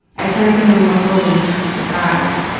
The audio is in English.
i turned to him more fully surprised.